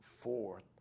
fourth